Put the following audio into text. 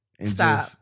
Stop